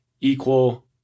equal